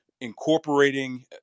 incorporating